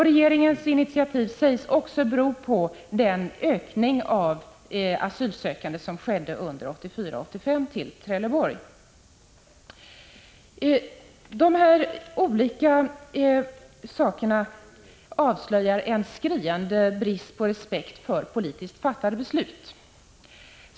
Regeringens initiativ sägs också bero på det ökade antal asylsökande som under 1984-1985 kom till Trelleborg. Dessa olika saker avslöjar en skriande brist på respekt för politiskt fattade beslut.